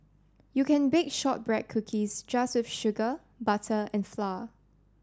you can bake shortbread cookies just with sugar butter and flour